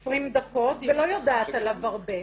20 דקות ולא יודעת עליו הרבה.